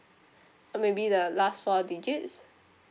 maybe the last four digits